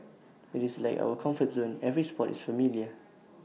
IT is like our comfort zone every spot is familiar